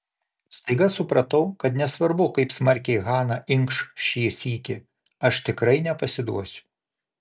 staiga supratau kad nesvarbu kaip smarkiai hana inkš šį sykį aš tikrai nepasiduosiu